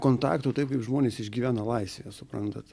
kontakto taip kaip žmonės išgyvena laisvėje suprantat